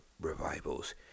revivals